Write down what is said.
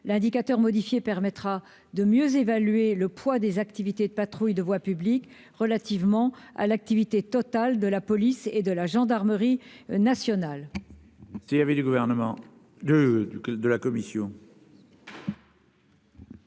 L'indicateur modifié permettra de mieux évaluer le poids des activités de patrouille de voie publique dans l'activité totale de la police et de la gendarmerie nationales.